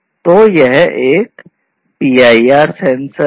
तो यह एक PIR सेंसर है